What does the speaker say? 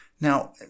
Now